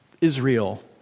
Israel